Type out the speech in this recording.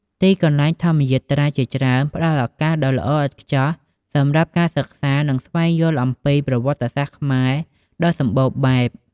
ទីកន្លែងធម្មយាត្រាជាច្រើនផ្តល់ឱកាសដ៏ល្អឥតខ្ចោះសម្រាប់ការសិក្សា និងស្វែងយល់អំពី ប្រវត្តិសាស្ត្រខ្មែរ ដ៏សម្បូរបែប។